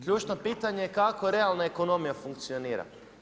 Ključno pitanje je kak realna ekonomija funkcionira?